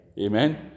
Amen